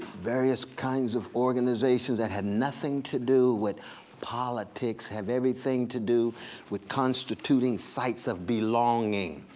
various kinds of organizations that had nothing to do with politics, had everything to do with constituting sites of belonging,